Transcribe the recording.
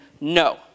no